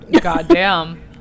Goddamn